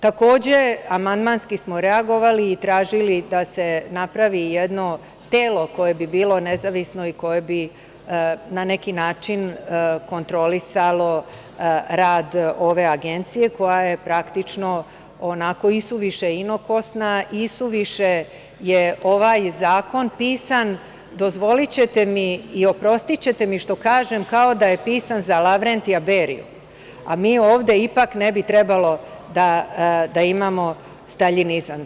Takođe, amandmanski smo reagovali i tražili da se napravi jedno telo koje bi bilo nezavisno i koje bi, na neki način, kontrolisalo rad ove agencije koja je praktično isuviše inokosna, isuviše je ovaj zakon pisan, dozvolićete mi i oprostićete mi što kažem, kao da je pisan za Lavrentija Berija, a mi ovde ipak ne bi trebalo da imamo staljinizam.